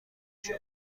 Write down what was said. شما